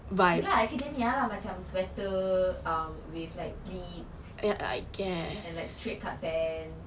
ya lah academia lah macam sweater um with like pleats and like straight cut pants